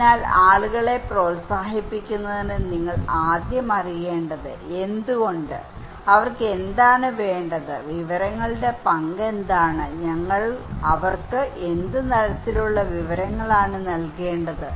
അതിനാൽ ആളുകളെ പ്രോത്സാഹിപ്പിക്കുന്നതിന് നിങ്ങൾ ആദ്യം അറിയേണ്ടത് എന്തുകൊണ്ട് അവർക്ക് എന്താണ് വേണ്ടത് വിവരങ്ങളുടെ പങ്ക് എന്താണ് ഞങ്ങൾ അവർക്ക് എന്ത് തരത്തിലുള്ള വിവരങ്ങളാണ് നൽകേണ്ടത്